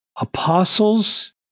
apostles